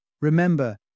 Remember